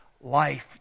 Life